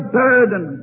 burden